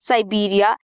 Siberia